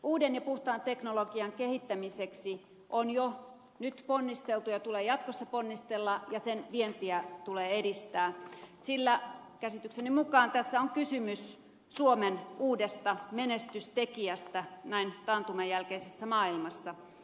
uuden ja puhtaan teknologian kehittämiseksi on jo nyt ponnisteltu ja tulee jatkossa ponnistella ja sen vientiä tulee edistää sillä käsitykseni mukaan tässä on kysymys suomen uudesta menestystekijästä näin taantuman jälkeisessä maailmassa